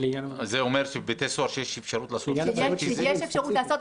זה אומר שבבתי סוהר כשיש אפשרות לעשות את זה --- כשיש אפשרות לעשות,